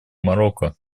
марокко